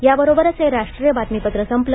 याबरोबरच हे राष्ट्रीय बातमीपत्र संपलं